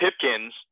Pipkins